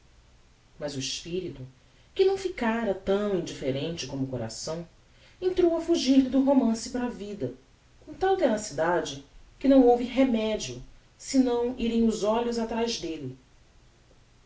mas o espirito que não ficara tão indifferente como o coração entrou a fugir-lhe do romance para a vida com tal tenacidade que não houve remedio senão irem os olhos atraz delle